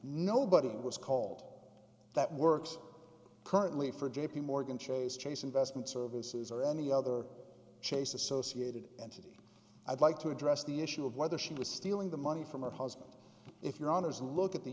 nobody was called that works currently for j p morgan chase chase investment services or any other chase associated entity i'd like to address the issue of whether she was stealing the money from her husband if your honour's look at the